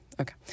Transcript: Okay